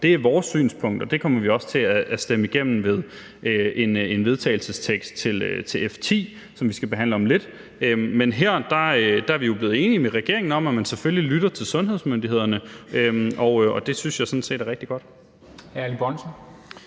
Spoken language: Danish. Det er vores synspunkt, og det kommer vi også til at stemme igennem med et forslag til vedtagelse til F 10, som vi skal behandle om lidt. Men her er vi blevet enige med regeringen om, at man selvfølgelig lytter til sundhedsmyndighederne, og det synes jeg sådan set er rigtig godt. Kl.